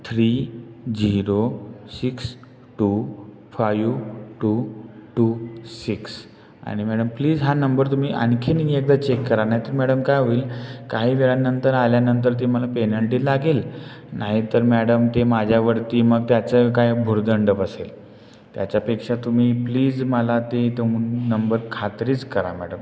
three zero six two five two two six आणि madam please हा नंबर तुम्ही आणखीन एकदा चेक करा नाहीतर मॅडम काय होईल काही वेळानंतर आल्यानंतर ते मला पेनल्टी लागेल नाहीतर मॅडम ते माझ्यावरती मग त्याचं काय भुर्दंड बसेल त्याच्यापेक्षा तुम्ही प्लीज मला ते तुम नंबर खात्रीच करा मॅडम